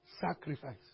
Sacrifice